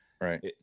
Right